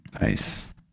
Nice